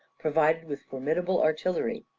provided with formidable artillery,